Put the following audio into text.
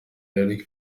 hillary